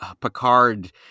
Picard